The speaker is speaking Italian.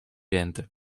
oriente